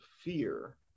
fear